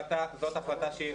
זאת ההחלטה.